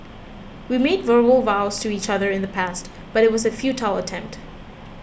we made verbal vows to each other in the past but it was a futile attempt